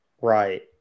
right